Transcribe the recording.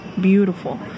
beautiful